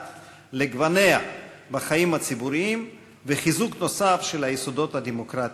לגווניה בחיים הציבוריים וחיזוק נוסף של היסודות הדמוקרטיים.